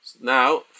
Now